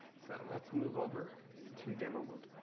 so let's move over into demo mode.